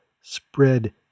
spread